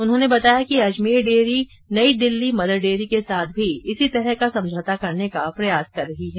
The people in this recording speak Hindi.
उन्होंने बताया कि अजमेर डेयरी नयी दिल्ली मदर डेयरी के साथ भी इसी तरह का समझौता करने का प्रयास कर रही है